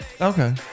Okay